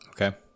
okay